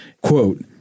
Quote